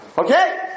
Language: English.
okay